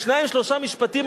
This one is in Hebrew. שניים-שלושה משפטים,